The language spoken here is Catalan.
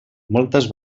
moltes